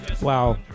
Wow